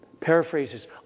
paraphrases